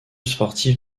sportif